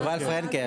יובל פרנקל.